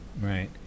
right